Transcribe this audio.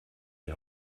die